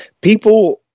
people –